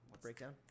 breakdown